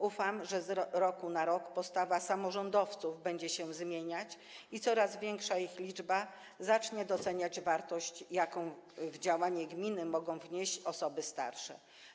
Ufam, że z roku na rok postawa samorządowców będzie się zmieniać i coraz większa ich liczba zacznie doceniać wartość, jaką w działanie gminy mogą wnieść osoby starsze.